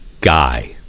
guy